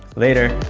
later!